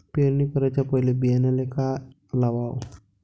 पेरणी कराच्या पयले बियान्याले का लावाव?